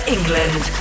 England